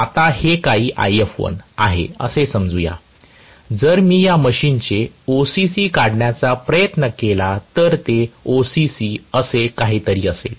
आता हे काही If1 आहे असे समजू या जर मी या मशीनचे OCC काढण्याचा प्रयत्न केला तर ते OCC असे काहीतरी असेल